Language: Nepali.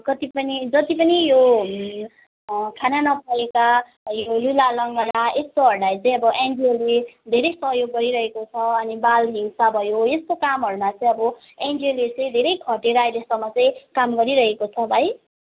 कति पनि जति पनि यो खान नपाएका लुला लङ्गडा यस्तोहरूलाई चाहिँ अब एनजिओले धेरै सहयोग गरिरहेको छ अनि बाल हिंसा भयो यस्तो कामहरूमा चाहिँ अब एनजिओले चाहिँ धेरै खटेर अहिलेसम्म चाहिँ काम गरिरहेको छ भाइ